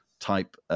type